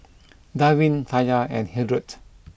Darvin Taya and Hildred